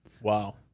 Wow